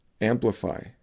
Amplify